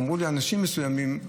אמרו לי אנשים מסוימים,